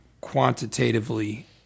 quantitatively